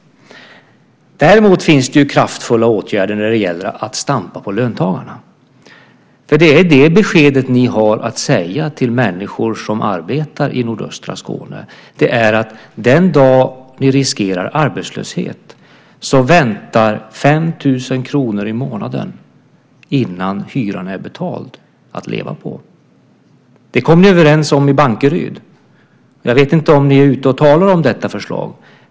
Däremot finns det kraftfulla åtgärder när det gäller att stampa på löntagarna. Det är det beskedet ni har att ge till människor som arbetar i nordöstra Skåne. Den dag ni riskerar arbetslöshet väntar 5 000 kr i månaden, innan hyran är betald, att leva på. Det kom ni överens om i Bankeryd. Jag vet inte om ni är ute och talar om detta förslag.